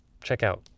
checkout